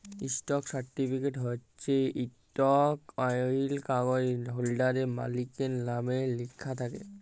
stock certificate হছে ইকট আইল কাগ্যইজ হোল্ডারের, মালিকের লামে লিখ্যা থ্যাকে